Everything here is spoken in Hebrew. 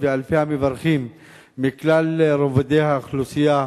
ואלפי המברכים מכלל רובדי האוכלוסייה,